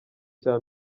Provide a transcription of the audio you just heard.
cya